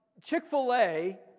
Chick-fil-A